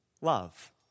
love